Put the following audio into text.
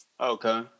Okay